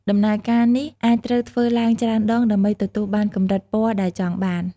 ដំណើរការនេះអាចត្រូវធ្វើឡើងច្រើនដងដើម្បីទទួលបានកម្រិតពណ៌ដែលចង់បាន។